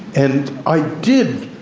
and i did